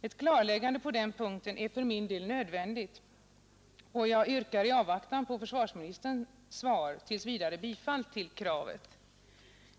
Ett klarläggande på den punkten är för min del nödvändigt, och jag yrkar i avvaktan på försvarsministerns svar tills vidare bifall till kravet.